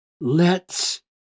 lets